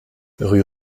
rue